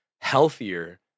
healthier